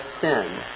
sin